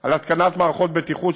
על התקנת מערכות בטיחות,